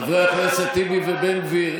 חברי הכנסת טיבי ובן גביר,